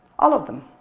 all of them.